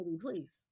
please